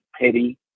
pity